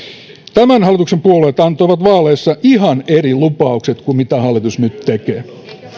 tämän hallituksen puolueet antoivat vaaleissa ihan eri lupaukset kuin mitä hallitus nyt tekee